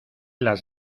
las